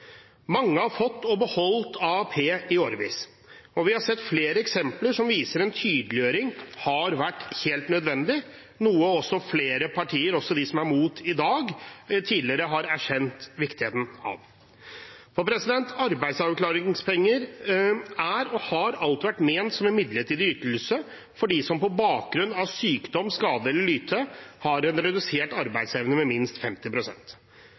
Mange har fått og beholdt AAP i årevis, og vi har sett flere eksempler som viser at en tydeliggjøring har vært helt nødvendig, noe flere partier, også de som er imot i dag, tidligere har erkjent viktigheten av. Arbeidsavklaringspenger er og har alltid vært ment som en midlertidig ytelse for dem som på bakgrunn av sykdom, skade eller lyte har redusert arbeidsevne med minst